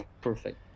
perfect